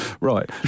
Right